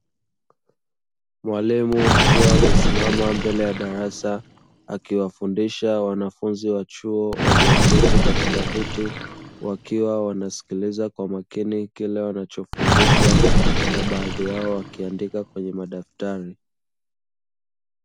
Mwalimu akiwa amesimama mbele ya darasa akiwafundisha wanafunzi wa chuo walioketi katika viti wakiwa wanasikiliza kwa makini kile wanachofundishwa na baadhi yao wakiandika kwenye madaftari.